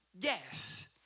yes